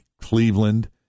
Cleveland